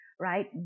right